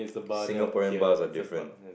Singaporean bars are different